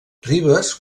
ribes